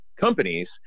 companies